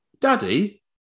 Daddy